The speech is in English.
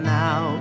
now